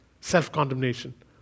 self-condemnation